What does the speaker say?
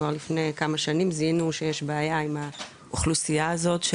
כבר לפני כמה שנים זיהינו שיש בעיה עם האוכלוסייה הזאת של